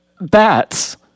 bats